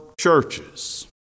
churches